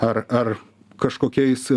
ar ar kažkokiais